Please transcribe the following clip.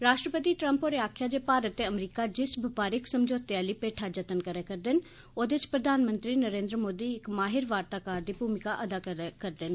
राश्ट्रपति ट्रंप होरें आक्खेआ जे भारत ते अमरीका जिस बपारिक समझौते आली मेठा जतन करै करदे न ओह्दे च प्रधानमंत्री नरेन्द्र मोदी इक मायिर वार्ताकार दी भूमका अदा करै करदे न